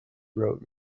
wrote